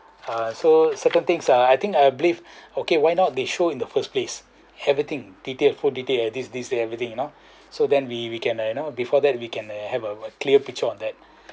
uh so certain things ah I think I believe okay why not they show in the first place everything detailed full detailed this this and everything you know so then we we can you know before that we can have a clear picture on that